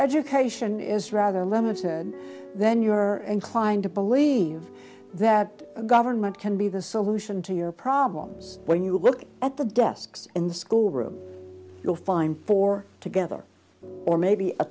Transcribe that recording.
education is rather limited then you are inclined to believe that government can be the solution to your problems when you look at the desks in the school room you'll find for together or maybe a